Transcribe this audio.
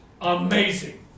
Amazing